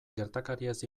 gertakariez